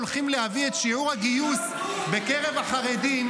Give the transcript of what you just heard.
הולכים להביא את שיעור הגיוס בקרב החרדים,